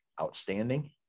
outstanding